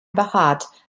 behaart